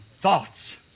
thoughts